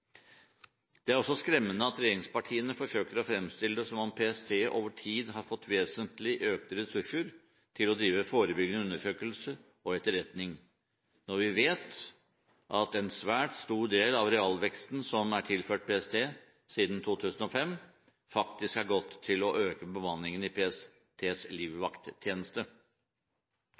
Det er også skremmende at regjeringspartiene forsøker å fremstille det som om PST over tid har fått vesentlig økte ressurser til å drive forebyggende undersøkelser og etterretning når vi vet at en svært stor del av realveksten som er tilført PST siden 2005, faktisk er gått til å øke bemanningen i PSTs livvakttjeneste.